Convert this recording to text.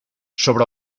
sobre